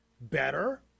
better